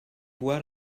voix